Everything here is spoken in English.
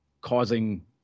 causing